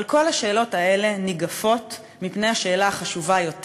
אבל כל השאלות האלה ניגפות מפני השאלה החשובה יותר,